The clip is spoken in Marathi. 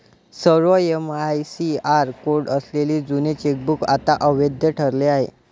सर्व एम.आय.सी.आर कोड असलेले जुने चेकबुक आता अवैध ठरले आहे